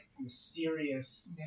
mysterious